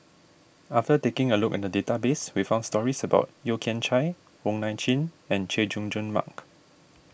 after taking a look at the database we found stories about Yeo Kian Chai Wong Nai Chin and Chay Jung Jun Mark